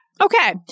Okay